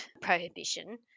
prohibition